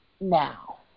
now